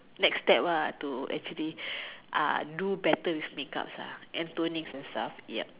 next step ah to actually ah do better with makeup ah and toning and stuff